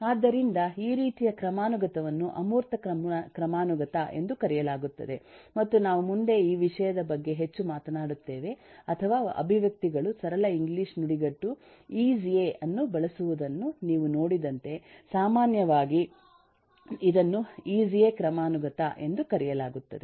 ಆದ್ದರಿಂದ ಈ ರೀತಿಯ ಕ್ರಮಾನುಗತವನ್ನು ಅಮೂರ್ತ ಕ್ರಮಾನುಗತ ಎಂದು ಕರೆಯಲಾಗುತ್ತದೆ ಮತ್ತು ನಾವು ಮುಂದೆ ಈ ವಿಷಯದ ಬಗ್ಗೆ ಹೆಚ್ಚು ಮಾತನಾಡುತ್ತೇವೆ ಅಥವಾ ಅಭಿವ್ಯಕ್ತಿಗಳು ಸರಳ ಇಂಗ್ಲಿಷ್ ನುಡಿಗಟ್ಟು ಈಸ್ ಎ ಅನ್ನು ಬಳಸುವುದನ್ನು ನೀವು ನೋಡಿದಂತೆ ಸಾಮಾನ್ಯವಾಗಿ ಇದನ್ನು ಈಸ್ ಎ ಕ್ರಮಾನುಗತ ಎಂದು ಕರೆಯಲಾಗುತ್ತದೆ